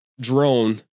drone